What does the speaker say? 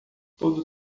todo